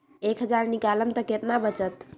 एक हज़ार निकालम त कितना वचत?